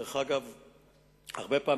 לגבי השלט,